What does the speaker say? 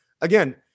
again